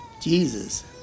Jesus